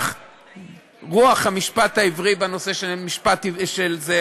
רוח המשפט העברי בנושא של זה,